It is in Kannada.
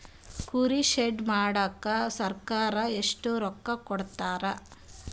ಕುರಿ ಶೆಡ್ ಮಾಡಕ ಸರ್ಕಾರ ಎಷ್ಟು ರೊಕ್ಕ ಕೊಡ್ತಾರ?